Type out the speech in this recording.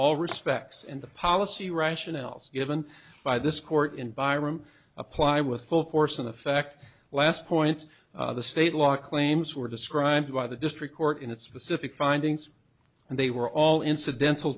all respects and the policy rationales given by this court in byrom apply with full force in effect last points the state law claims were described by the district court in that specific findings and they were all incidental